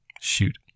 Shoot